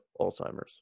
Alzheimer's